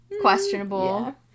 questionable